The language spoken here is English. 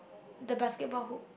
the basketball hood